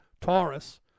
Taurus